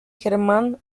germán